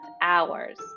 hours